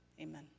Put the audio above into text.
Amen